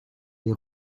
les